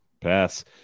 Pass